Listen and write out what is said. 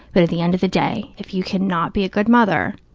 but at the end of the day, if you cannot be a good mother,